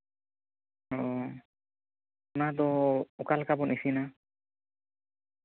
ᱚ ᱚᱱᱟ ᱫᱚ ᱚᱠᱟ ᱞᱮᱠᱟ ᱵᱚᱱ ᱤᱥᱤᱱᱟ